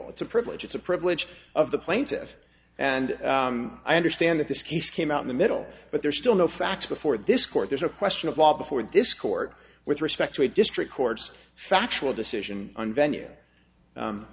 all it's a privilege it's a privilege of the plaintiff and i understand that this case came out in the middle but there's still no facts before this court there's a question of law before this court with respect to a district court's factual decision on venue